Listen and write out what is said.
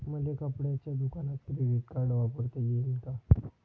मले कपड्याच्या दुकानात क्रेडिट कार्ड वापरता येईन का?